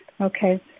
Okay